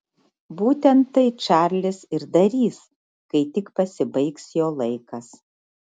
būtent tai čarlis ir darys kai tik pasibaigs jo laikas